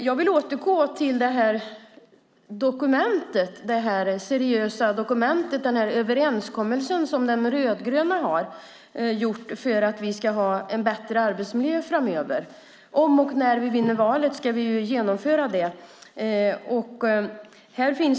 Jag vill återgå till det här seriösa dokumentet, den överenskommelse som De rödgröna har gjort för att vi ska ha en bättre arbetsmiljö framöver. Om och när vi vinner valet ska vi genomföra det här.